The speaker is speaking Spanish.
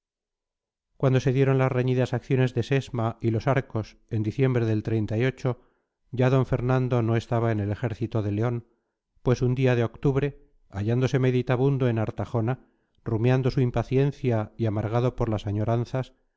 cuando se dieron las reñidas acciones de sesma y los arcos en diciembre del ya d fernando no estaba en el ejército de león pues un día de octubre hallándose meditabundo en artajona rumiando su impaciencia y amargado por las añoranzas